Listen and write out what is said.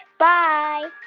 bye